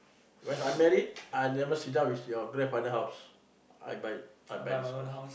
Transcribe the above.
when I'm married I never sit down with your grandfather house I buy it I buy this house